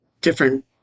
different